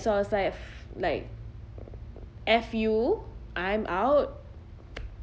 so I was like like F you I'm out